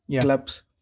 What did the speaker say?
clubs